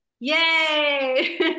Yay